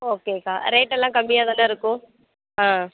ஓகேக்கா ரேட்டெல்லாம் கம்மியாதானே இருக்கும் ஆ